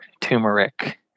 turmeric